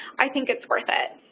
i think it's worth it.